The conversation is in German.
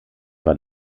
war